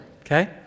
okay